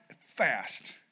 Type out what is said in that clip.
fast